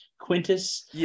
Quintus